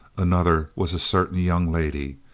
another was a certain young lady,